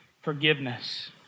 forgiveness